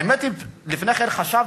האמת היא שלפני כן חשבתם,